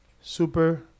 Super